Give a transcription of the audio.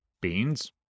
Beans